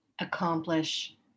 accomplish